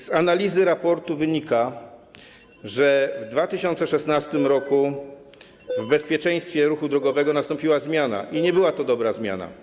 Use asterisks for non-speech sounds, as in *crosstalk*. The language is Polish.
Z analizy raportu wynika, że w 2016 r. w bezpieczeństwie ruchu drogowego *noise* nastąpiła zmiana, i nie była to dobra zmiana.